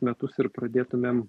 metus ir pradėtumėm